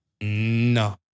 no